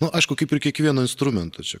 nu aišku kaip ir kiekvieno instrumento čia